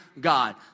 God